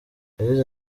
yagize